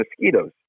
mosquitoes